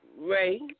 Ray